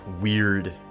weird